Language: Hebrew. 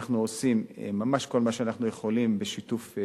אנחנו עושים ממש כל מה שאנחנו יכולים, בשיתוף,